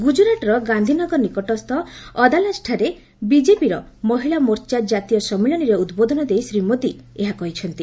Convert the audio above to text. ଗୁଜରାଟର ଗାନ୍ଧି ନଗର ନିକଟସ୍ଥ ଅଦାଲାଜ୍ଠାରେ ବିଜେପିର ମହିଳା ମୋର୍ଚ୍ଚା ଜାତୀୟ ସମ୍ମିଳନୀରେ ଉଦ୍ବୋଧନ ଦେଇ ଶ୍ରୀ ମୋଦି ଏହା କହିଛନ୍ତି